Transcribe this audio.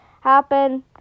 happen